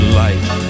life